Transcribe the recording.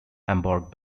hamburg